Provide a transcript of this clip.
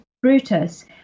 Brutus